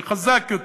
שהוא חזק יותר.